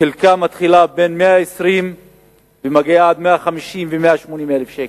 חלקה מתחילה ב-120,000 ומגיעה עד 150,000 ו-180,000 שקל.